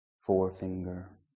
forefinger